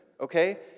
okay